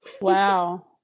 wow